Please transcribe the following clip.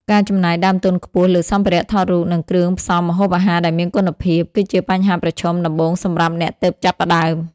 ការចំណាយដើមទុនខ្ពស់លើសម្ភារៈថតរូប និងគ្រឿងផ្សំម្ហូបអាហារដែលមានគុណភាព គឺជាបញ្ហាប្រឈមដំបូងសម្រាប់អ្នកទើបចាប់ផ្តើម។